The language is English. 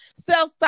self